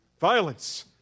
violence